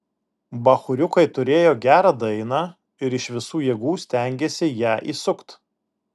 bachūriukai turėjo gerą dainą ir iš visų jėgų stengėsi ją įsukt